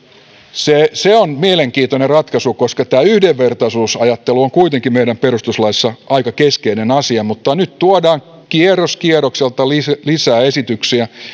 se se on mielenkiintoinen ratkaisu koska tämä yhdenvertaisuusajattelu on kuitenkin meidän perustuslaissamme aika keskeinen asia mutta nyt tuodaan kierros kierrokselta lisää lisää esityksiä